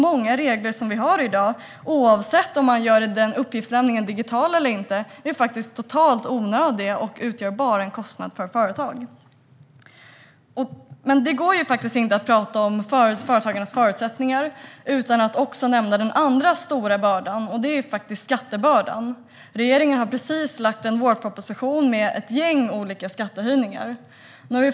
Många regler som vi har i dag, oavsett om man gör uppgiftslämningen digital eller inte, är totalt onödiga och utgör bara en kostnad för ett företag. Det går inte att tala om företagarnas förutsättningar utan att också nämna den andra stora bördan, som är skattebördan. Regeringen har precis lagt fram en vårproposition med ett gäng olika skattehöjningar.